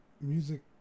music